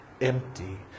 empty